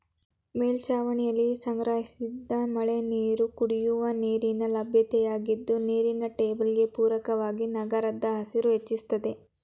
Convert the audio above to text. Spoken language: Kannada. ಮೇಲ್ಛಾವಣಿಲಿ ಸಂಗ್ರಹಿಸಿದ ಮಳೆನೀರು ಕುಡಿಯುವ ನೀರಿನ ಲಭ್ಯತೆಯಾಗಿದ್ದು ನೀರಿನ ಟೇಬಲ್ಗೆ ಪೂರಕವಾಗಿ ನಗರದ ಹಸಿರು ಹೆಚ್ಚಿಸ್ತದೆ